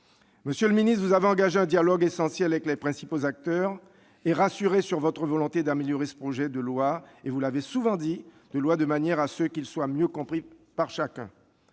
Monsieur le ministre, vous avez engagé un dialogue essentiel avec les principaux acteurs et rassuré quant à votre volonté d'améliorer ce projet de loi, afin, vous l'avez souvent répété, qu'il soit mieux compris par chacun.